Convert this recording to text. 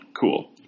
Cool